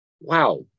wow